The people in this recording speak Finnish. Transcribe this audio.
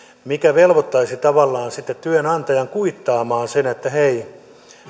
mikä velvoittaisi tavallaan sitten työnantajan kuittaamaan sen että hei